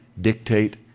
dictate